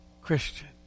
Christian